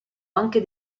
anche